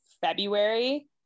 February